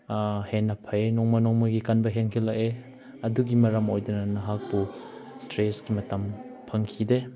ꯍꯦꯟꯅ ꯐꯩꯌꯦ ꯅꯣꯡꯃ ꯅꯣꯡꯃꯒꯤ ꯀꯟꯕ ꯍꯦꯟꯀꯠꯂꯛꯑꯦ ꯑꯗꯨꯒꯤ ꯃꯔꯝ ꯑꯣꯏꯗꯅ ꯅꯍꯥꯛꯄꯨ ꯏꯁꯇ꯭ꯔꯦꯁꯀꯤ ꯃꯇꯝ ꯐꯪꯈꯤꯗꯦ